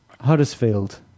Huddersfield